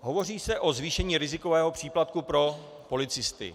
Hovoří se o zvýšení rizikového příplatku pro policisty.